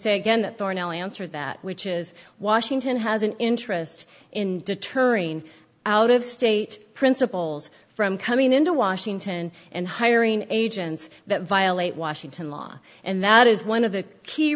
say again that foreign oil answer that which is washington has an interest in deterring out of state principles from coming into washington and hiring agents that violate washington law and that is one of the key